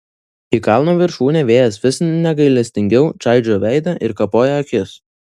į kalno viršūnę vėjas vis negailestingiau čaižo veidą ir kapoja akis